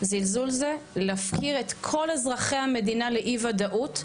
זלזול זה להפקיר את כל אזרחי המדינה לאי וודאות,